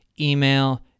Email